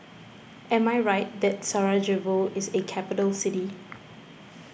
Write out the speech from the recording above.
am I right that Sarajevo is a capital city